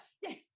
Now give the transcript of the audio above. Yes